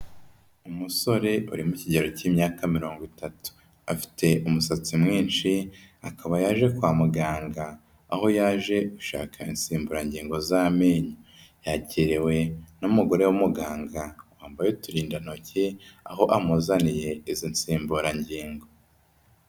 Umusore uri mu kigero cy'imyaka mirongo itatu, afite umusatsi mwinshi akaba yaje kwa muganga aho yaje gushaka insimburangingo z'amenyo, yakiriwe n'umugore w'umuganga wambaye uturindantoki aho amuzaniye izo nsimburangingo.